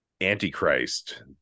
Antichrist